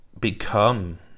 Become